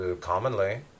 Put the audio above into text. Commonly